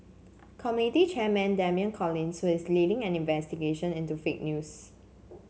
committee chairman Damian Collins who is leading an investigation into fake news